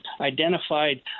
identified